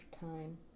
time